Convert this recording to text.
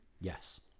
yes